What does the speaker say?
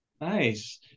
Nice